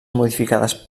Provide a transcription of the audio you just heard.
modificades